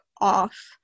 off